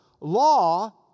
Law